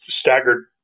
staggered